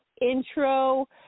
intro